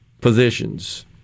positions